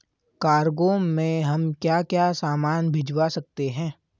Cargo में हम क्या क्या सामान भिजवा सकते हैं?